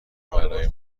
برای